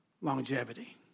longevity